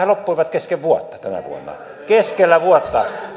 loppuivat kesken vuotta tänä vuonna keskellä vuotta